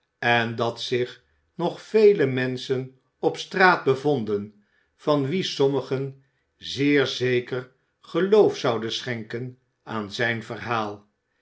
en dat zich nog vele menschen op straat bevonden van wie sommigen zeer zeker geloof zouden schenken aan zijn verhaal